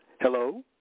Hello